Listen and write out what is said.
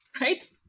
right